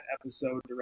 episode